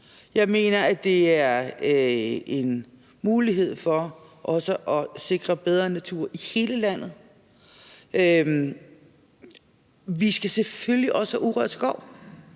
Jeg mener, at det er en mulighed for også at sikre bedre natur i hele landet. Vi skal selvfølgelig også have urørt skov.